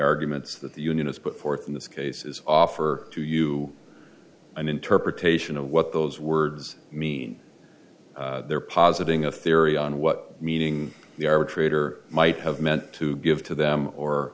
arguments that the union has put forth in this case is offer to you an interpretation of what those words mean they're positing a theory on what meaning the arbitrator might have meant to give to them or